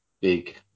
big